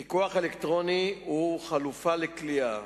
פיקוח אלקטרוני הוא חלופה לכליאה,